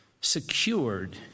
secured